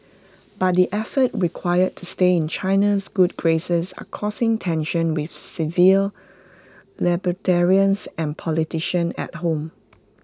but the efforts required to stay in China's good graces are causing tensions with civil libertarians and politicians at home